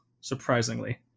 Surprisingly